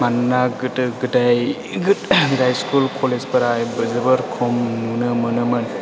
मानोना गोदो गोदाय स्कुल कलेजफोरा जोबोर खम नुनो मोनोमोन